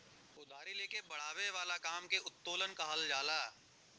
उधारी ले के बड़ावे वाला काम के उत्तोलन कहल जाला